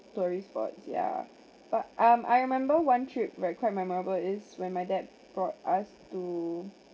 tourist spot yeah but um I remember one trip very quite memorable is when my dad brought us to